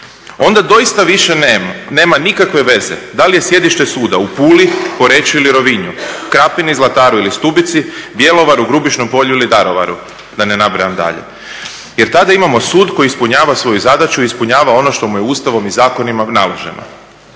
Onda doista više nema, nema nikakve veze da li je sjedište suda u Puli, Poreču ili Rovinju, Krapini, Zlataru ili Stubici, Bjelovaru, Grubišnom Polju ili Daruvaru da ne nabrajam dalje. Jer tada imamo sud koji ispunjava svoju zadaću, ispunjava ono što mu je Ustavom i zakonima naloženo.